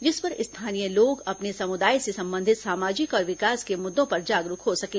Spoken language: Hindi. जिस पर स्थानीय लोग अपने समुदाय से संबंधित सामाजिक और विकास के मुद्दों पर जागरूक हो सकें